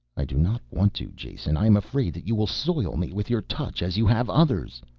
i do not want to, jason. i am afraid that you will soil me with your touch, as you have others.